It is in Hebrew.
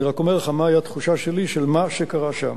אני רק אומר לך מהי התחושה שלי על מה שקרה שם.